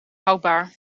houdbaar